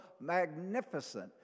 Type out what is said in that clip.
magnificent